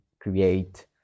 create